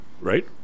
right